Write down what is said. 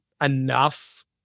enough